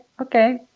okay